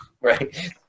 right